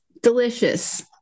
delicious